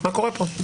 מה קורה פה?